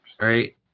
Right